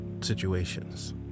situations